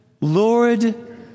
Lord